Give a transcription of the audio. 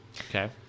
Okay